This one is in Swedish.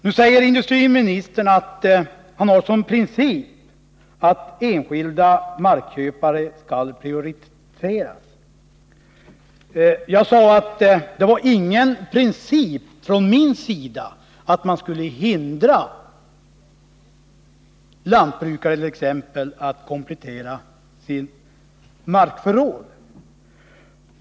Nu säger industriministern att han har som princip att enskilda markköpare skall prioriteras. Jag sade att jag inte har som princip att man skall hindra t.ex. lantbrukare att komplettera sitt markförråd.